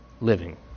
living